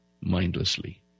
mindlessly